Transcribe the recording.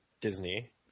Disney